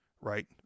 right